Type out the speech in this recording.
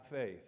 faith